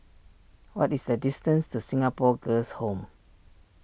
what is the distance to Singapore Girls' Home